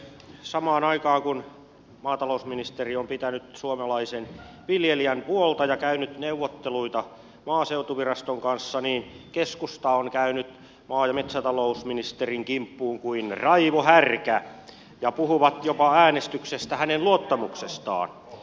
samaan aikaan kun maatalousministeri on pitänyt suomalaisen viljelijän puolta ja käynyt neuvotteluita maaseutuviraston kanssa keskusta on käynyt maa ja metsätalousministerin kimppuun kuin raivo härkä ja puhuvat jopa äänestyksestä hänen luottamuksestaan